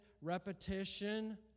repetition